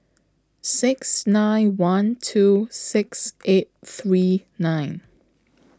six nine one two six eight three nine